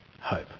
hope